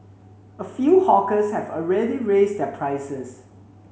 a few hawkers have already raised their prices